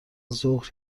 ظهر